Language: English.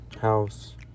house